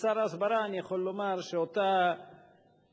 כשר ההסברה אני יכול לומר שאותה תדמית